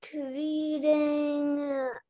reading